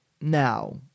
now